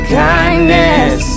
kindness